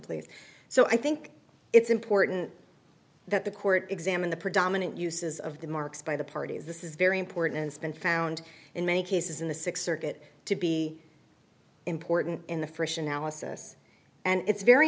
employer so i think it's important that the court examine the predominant uses of the marks by the parties this is very important spend found in many cases in the sixth circuit to be important in the fresh analysis and it's very